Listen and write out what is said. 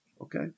okay